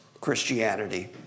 Christianity